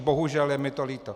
Bohužel, je mi to líto.